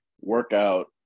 workout